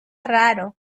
raro